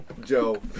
Joe